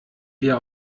wir